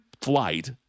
flight